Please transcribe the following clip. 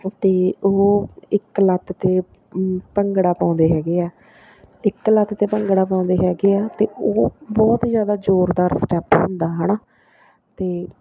ਅਤੇ ਉਹ ਇੱਕ ਲੱਤ 'ਤੇ ਭੰਗੜਾ ਪਾਉਂਦੇ ਹੈਗੇ ਆ ਇੱਕ ਲੱਤ 'ਤੇ ਭੰਗੜਾ ਪਾਉਂਦੇ ਹੈਗੇ ਆ ਅਤੇ ਉਹ ਬਹੁਤ ਹੀ ਜ਼ਿਆਦਾ ਜੋਰਦਾਰ ਸਟੈਪ ਹੁੰਦਾ ਹੈ ਨਾ ਅਤੇ